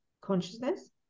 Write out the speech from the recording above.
consciousness